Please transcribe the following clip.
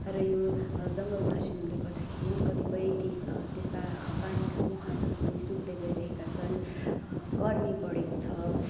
रो यो जङ्गल मासिनुले गर्दाखेरि कतिपय ती त्यस्ता पानीका मुहानहरू पनि सुक्दै गइरहेका छन् गर्मी बढेको छ